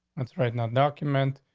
that's right now, document.